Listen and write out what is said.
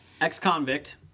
ex-convict